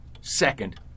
Second